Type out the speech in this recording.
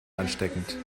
ansteckend